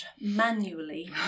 manually